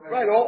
Right